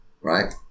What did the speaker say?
right